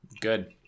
good